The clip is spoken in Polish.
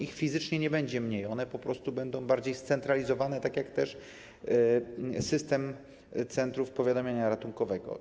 Ich fizycznie nie będzie mniej, one po prostu będą bardziej scentralizowane, tak jak system centrów powiadamiania ratunkowego.